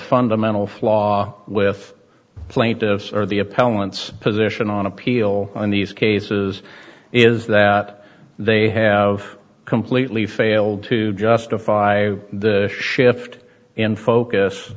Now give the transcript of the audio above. fundamental flaw with plaintiffs are the appellant's position on appeal in these cases is that they have completely failed to justify the shift in focus